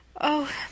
Oh